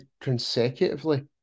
consecutively